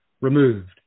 removed